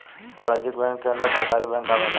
वाणिज्यिक बैंक के अंदर सरकारी बैंक आवेला